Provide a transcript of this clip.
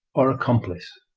or accomplice?